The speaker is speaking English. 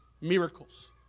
Miracles